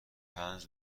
پنج